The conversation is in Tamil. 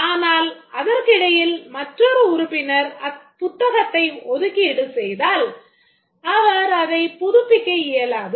ஆனால் அதற்கிடையில் மற்றொரு உறுப்பினர் அப்புத்தகத்தை ஒதுக்கீடு செய்தால் அவர் அதைப் புதுப்பிக்க இயலாது